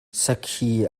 sakhi